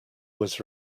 was